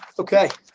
okay.